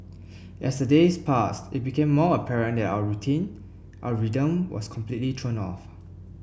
as the days passed it became more apparent that our routine our rhythm was completely thrown off